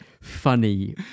funny